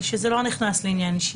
שזה לא נכנס "לעניין אישי".